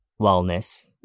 wellness